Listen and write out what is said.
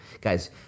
guys